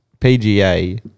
PGA